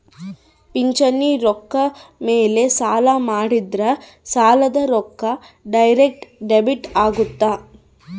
ಪಿಂಚಣಿ ರೊಕ್ಕ ಮೇಲೆ ಸಾಲ ಮಾಡಿದ್ರಾ ಸಾಲದ ರೊಕ್ಕ ಡೈರೆಕ್ಟ್ ಡೆಬಿಟ್ ಅಗುತ್ತ